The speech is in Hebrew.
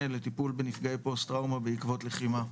לטיפול בנפגעי פוסט טראומה בעקבות לחימה,